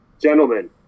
Gentlemen